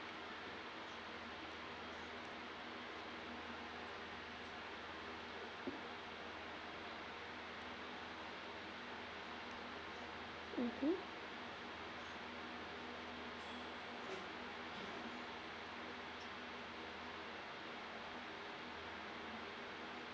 mmhmm